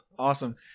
Awesome